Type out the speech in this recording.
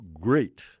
great